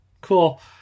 Cool